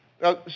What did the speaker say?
Now